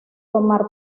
tomar